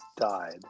died